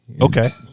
Okay